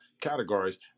categories